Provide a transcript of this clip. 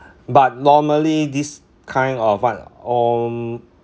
but normally this kind of what om~